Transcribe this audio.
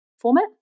format